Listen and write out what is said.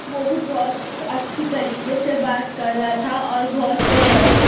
وہ بھی بہت اچھی طریقے سے بات کر رہا تھا اور بہت